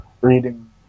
reading